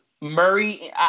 Murray –